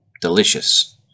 delicious